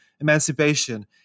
emancipation